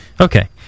Okay